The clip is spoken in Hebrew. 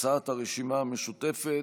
הצעת הרשימה המשותפת.